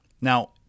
Now